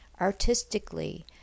artistically